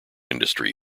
industry